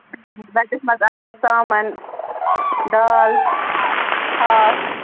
ویٚجَس مَنٛز آسیٚکھ ژامَن دال ہاکھ